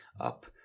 up